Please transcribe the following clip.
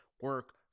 Work